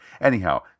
anyhow